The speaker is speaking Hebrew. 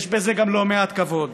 יש בזה גם לא מעט כבוד.